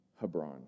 Hebron